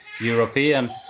european